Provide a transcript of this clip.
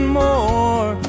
more